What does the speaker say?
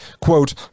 quote